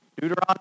Deuteronomy